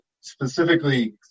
specifically